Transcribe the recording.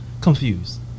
confused